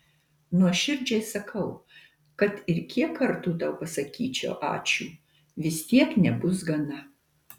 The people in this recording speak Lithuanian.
nuoširdžiai sakau kad ir kiek kartų tau pasakyčiau ačiū vis tiek nebus gana